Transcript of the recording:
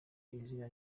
izina